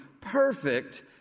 perfect